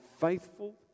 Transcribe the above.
faithful